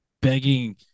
begging